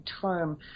term